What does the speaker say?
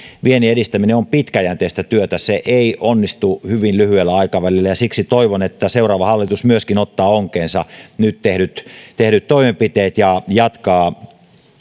viennin edistäminen on pitkäjänteistä työtä ja se ei onnistu hyvin lyhyellä aikavälillä ja siksi toivon että myöskin seuraava hallitus ottaa onkeensa nyt tehdyt tehdyt toimenpiteet ja jatkaa